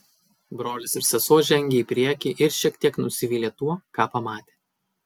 brolis ir sesuo žengė į priekį ir šiek tiek nusivylė tuo ką pamatė